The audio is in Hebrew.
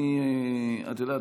את יודעת,